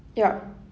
yup